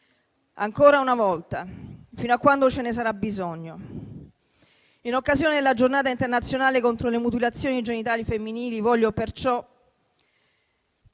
ancora una volta, fino a quando ce ne sarà bisogno. In occasione della Giornata internazionale contro le mutilazioni genitali femminili voglio perciò